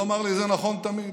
והוא אמר לי: זה נכון תמיד.